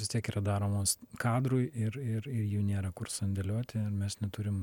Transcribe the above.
vis tiek yra daromos kadrui ir ir jų nėra kur sandėliuoti ir mes neturim